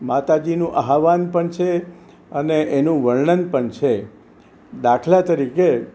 માતાજીનું આહ્વાન પણ છે અને એનું વર્ણન પણ છે દાખલા તરીકે